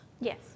Yes